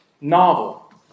novel